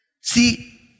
See